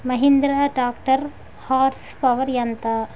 Mahindra tractor horse power ఎంత?